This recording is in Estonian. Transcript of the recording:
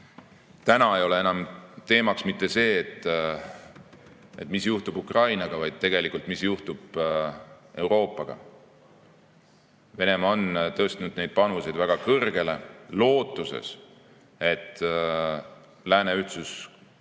täna ei ole enam teemaks mitte ainult see, mis juhtub Ukrainaga, vaid tegelikult, mis juhtub Euroopaga. Venemaa on tõstnud panused väga kõrgele, lootuses, et lääne ühtsus kukub